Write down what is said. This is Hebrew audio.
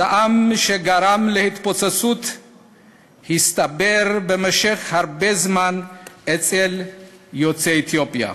הזעם שגרם להתפוצצות הצטבר במשך הרבה זמן אצל יוצאי אתיופיה.